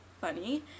funny